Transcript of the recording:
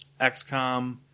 XCOM